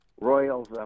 Royals